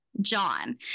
John